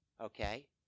okay